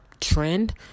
trend